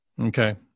Okay